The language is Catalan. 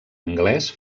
anglès